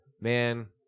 Man